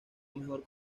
mejor